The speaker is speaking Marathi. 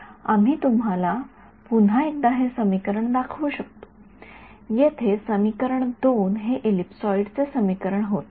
आम्ही तुम्हाला पुन्हा एकदा हे समीकरण दाखवू शकतो येथे समीकरण २ हे एलिप्सोईड चे समीकरण होते